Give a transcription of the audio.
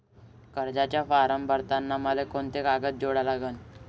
कर्जाचा फारम भरताना मले कोंते कागद जोडा लागन?